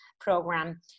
program